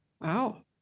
wow